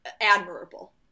admirable